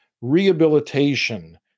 rehabilitation